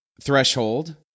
threshold